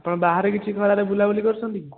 ଆପଣ ବାହାରେ କିଛି ଖରାରେ ବୁଲାବୁଲି କରୁଛନ୍ତି କି